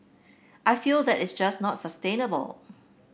I feel that it's just not sustainable